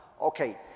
Okay